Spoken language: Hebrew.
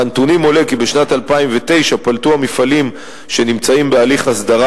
מהנתונים עולה כי בשנת 2009 פלטו המפעלים שנמצאים בהליך הסדרה